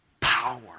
power